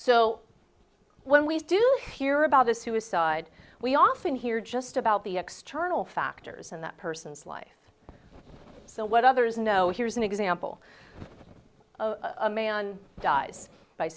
so when we do hear about the suicide we often hear just about the external factors in that person's life so what others know here's an example of a man dies by